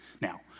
Now